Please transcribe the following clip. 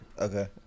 Okay